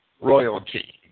royalty